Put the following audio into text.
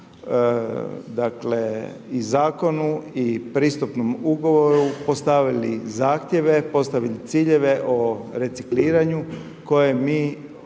dakle i zakonu i pristupnom ugovoru postavili zahtjeve, postavili ciljeve o recikliranju koje mi